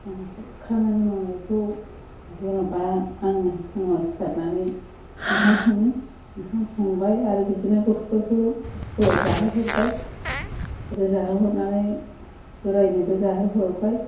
आंथ' खामानि मावनायखौ जेन'बा आङो फुङाव सिखारनानै ओंखाम सङो ओंखाम संबाय आरो बिदिनो गथ'फोरखौ स्कुलाव जाहोहरबाय आरो जाहोहरनानै बोरायनोबो जाहोहरबाय